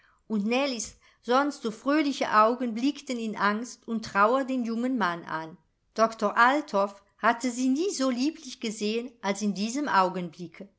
und nellies sonst so fröhliche augen blickten in angst und trauer den jungen mann an doktor althoff hatte sie nie so lieblich gesehen als in diesem augenblicke